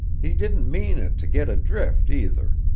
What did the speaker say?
he didn't mean it to get adrift, either,